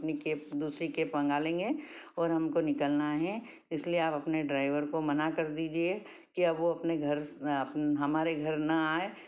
अपनी केप दूसरी केप मंगा लेंगे और हमको निकलना है इसलिए आप अपने ड्राइवर को मना कर दीजिए कि अब वह अपने घर हमारे घर ना आए